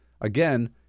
Again